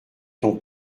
ton